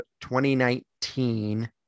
2019